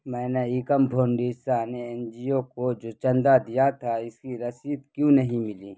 میں نے Ekam foundation N G O کو جو چندہ دیا تھا اس کی رسید کیوں نہیں ملی